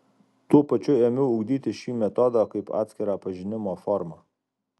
tuo pačiu ėmiau ugdyti šį metodą kaip atskirą pažinimo formą